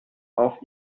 auf